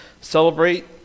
celebrate